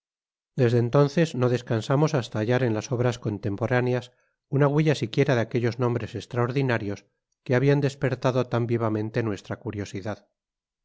desde entonces no descansamos hasta hallar en las obras contemporáneas una huella siquiera de aquellos nombres estraordinarios que habian despertado tan vivamente nuestra curiosidad